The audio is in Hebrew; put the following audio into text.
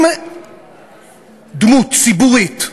אם דמות ציבורית,